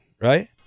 right